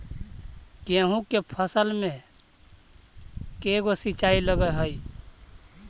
गेहूं के फसल मे के गो सिंचाई लग हय?